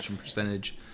percentage